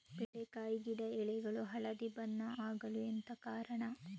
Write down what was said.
ಬೆಂಡೆಕಾಯಿ ಗಿಡ ಎಲೆಗಳು ಹಳದಿ ಬಣ್ಣದ ಆಗಲು ಎಂತ ಕಾರಣ?